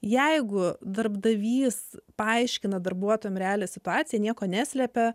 jeigu darbdavys paaiškina darbuotojam realią situaciją nieko neslepia